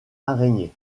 araignées